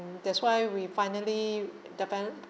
that's why we finally